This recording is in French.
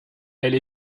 elle